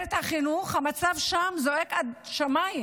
במסגרות החינוך, המצב שם זועק לשמיים.